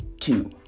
two